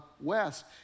West